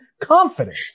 confident